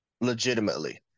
legitimately